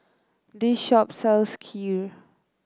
this shop sells Kheer